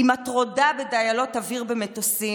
אם את רודה בדיילות אוויר במטוסים,